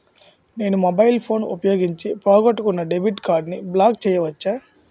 నేను mobile phone ఉపయోగించి పోగొట్టుకున్న డెబిట్ కార్డ్ని బ్లాక్ చేయవచ్చా?